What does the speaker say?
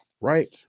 Right